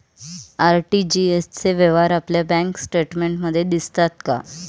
RTGS चे व्यवहार आपल्या बँक स्टेटमेंटमध्ये दिसतात का?